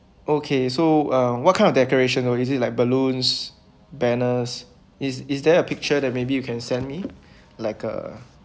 okay so uh what kind of decoration or is it like balloons banners is is there a picture that maybe you can send me like a